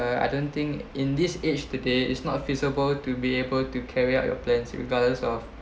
uh I don't think in this age today is not a feasible to be able to carry out your plans regardless of